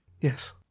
Yes